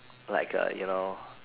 like uh you know